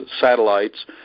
satellites